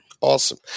Awesome